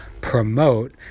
promote